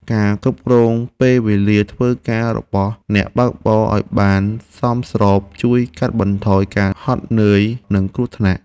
ការគ្រប់គ្រងពេលវេលាធ្វើការរបស់អ្នកបើកបរឱ្យបានសមស្របជួយកាត់បន្ថយការហត់នឿយ និងគ្រោះថ្នាក់។